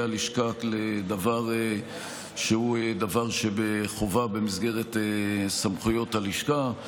הלשכה לדבר שהוא דבר שבחובה במסגרת סמכויות הלשכה.